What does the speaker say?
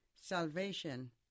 salvation